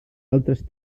altres